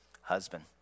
husband